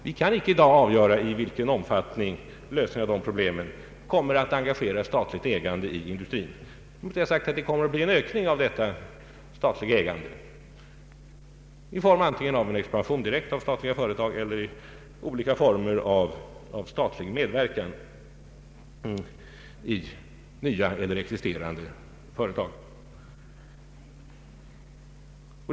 Vi kan inte i dag avgöra i vilken omfattning lösningen av problemen kommer att leda till statligt ägande i industrin. Jag har sagt att detta statliga ägande kommer att öka antingen i form av att de statliga företagen expanderar eller i form av statlig medverkan i nya eller existerande företag. Men hur mycket och hur snabbt är omöjligt att ange.